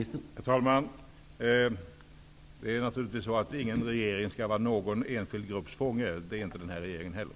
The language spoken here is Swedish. Herr talman! Ingen regering skall naturligtvis vara någon enskild grupps fånge. Det är inte den här regeringen heller.